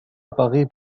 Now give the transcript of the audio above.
apparaît